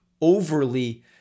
overly